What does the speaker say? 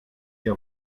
ihr